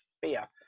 fear